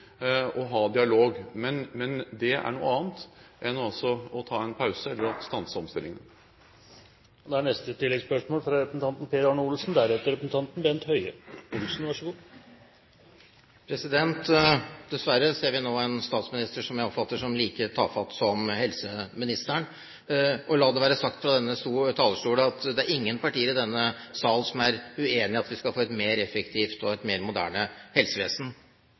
og ha dialog, men det er noe annet enn å ta en pause eller å stanse omstillingene. Per Arne Olsen – til oppfølgingsspørsmål. Dessverre ser vi nå en statsminister som jeg oppfatter som like tafatt som helseministeren. La det være sagt fra denne talerstolen at det er ingen partier i denne sal som er uenig i at vi skal få et mer effektivt og moderne helsevesen.